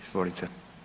Izvolite.